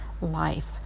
life